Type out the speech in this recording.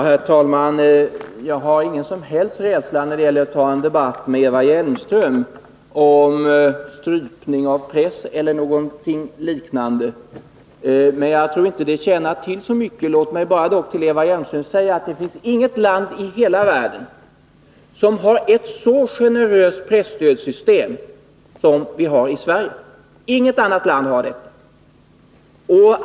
Herr talman! Jag har ingen som helst rädsla för att ta en debatt med Eva Hjelmström om strypning av pressen eller något liknande, men jag tror inte att det tjänar mycket till. Låt mig bara till Eva Hjelmström säga att det inte finns något annat land i hela världen som har ett så generöst presstödssystem som vårt.